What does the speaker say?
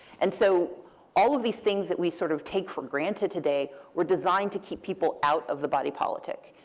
and so all of these things that we sort of take for granted today were designed to keep people out of the body politic.